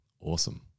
Awesome